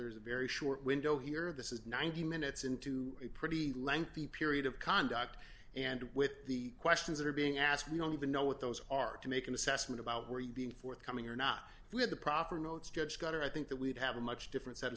there's a very short window here this is ninety minutes into a pretty lengthy period of conduct and with the questions that are being asked we only know what those are to make an assessment about where he's being forthcoming or not with the proper notes judge got or i think that we'd have a much different set